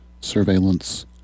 Surveillance